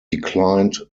declined